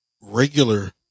regular